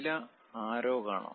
ചില ആരോ കാണാം